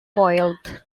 boiled